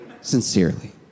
sincerely